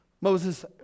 Moses